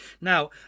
Now